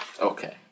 Okay